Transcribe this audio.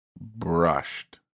brushed